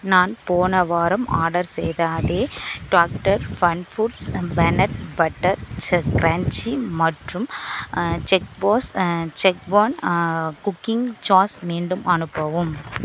நான் போன வாரம் ஆர்டர் செய்த அதே doctor fun foods and peanut butter crunchy மற்றும் செஃப்பாஸ் ஷெஸ்வான் குக்கிங் சாஸ் மீண்டும் அனுப்பவும்